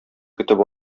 көтеп